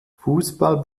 fußball